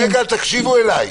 רגע, תקשיבו לי.